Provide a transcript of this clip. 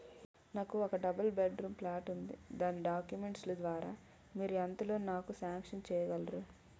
నాకు ఒక double bedroom plot ఉంది దాని డాక్యుమెంట్స్ లు ద్వారా మీరు ఎంత లోన్ నాకు సాంక్షన్ చేయగలరు?